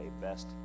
best